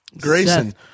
Grayson